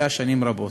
שהיה קיים שנים רבות.